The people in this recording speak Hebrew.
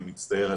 אני מצטער,